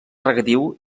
regadiu